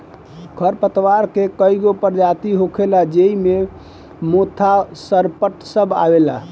खर पतवार के कई गो परजाती होखेला ज़ेइ मे मोथा, सरपत सब आवेला